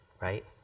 right